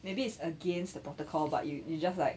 maybe it's against the protocol but you you just like